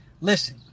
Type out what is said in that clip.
Listen